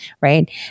right